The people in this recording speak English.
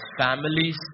families